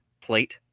plate